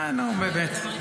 אה, נו, באמת.